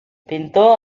pintor